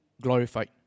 glorified